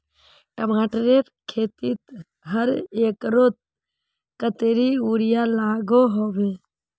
टमाटरेर खेतीत हर एकड़ोत कतेरी यूरिया लागोहो होबे?